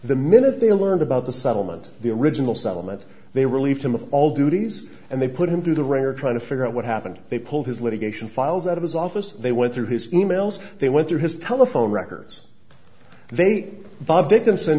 the minute they learned about the settlement the original settlement they relieved him of all duties and they put him through the wringer trying to figure out what happened they pulled his litigation files out of his office they went through his e mails they went through his telephone records they bought